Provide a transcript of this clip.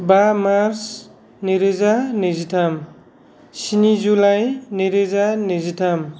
बा मार्स नैरोजा नैजिथाम स्नि जुलाई नैरोजा नैजिथाम